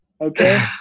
okay